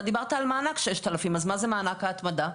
אתה דיברת על מענק 6,000, אז מה זה מענק ההתמדה?